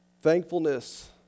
Thankfulness